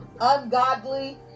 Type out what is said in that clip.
ungodly